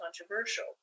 controversial